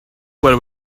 where